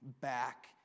back